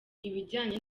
ibijyanye